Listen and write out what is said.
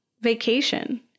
vacation